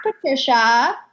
Patricia